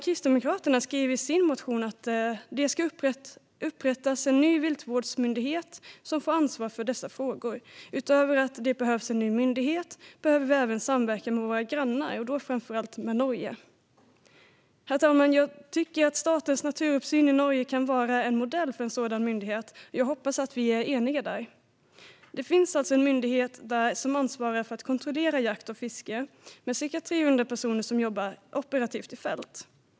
Kristdemokraterna skriver i sin motion att "det skall upprättas en ny viltvårdsmyndighet som får ansvar för dessa frågor. Utöver att det behövs en ny myndighet behöver vi även samverka med våra grannar, och då framför allt med Norge." Herr talman! Jag tycker att Statens naturoppsyn i Norge kan vara en modell för en sådan myndighet, och jag hoppas att vi är eniga i fråga om det. Det finns alltså en myndighet där som ansvarar för att kontrollera jakt och fiske med ca 300 personer som jobbar operativt i fält.